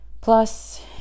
Plus